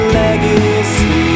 legacy